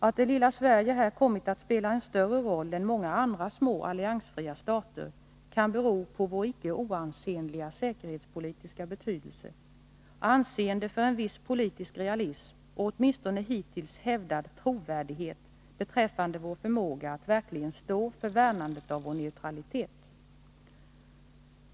Att det lilla Sverige här kommit att spela en större roll än många andra små alliansfria stater kan bero på vår icke oansenliga säkerhetspolitiska betydelse, anseende för en viss politisk realism och åtminstone hittills hävdad trovärdighet beträffande vår förmåga att verkligen stå för värnandet av vår neutralitet.